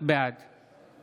בעד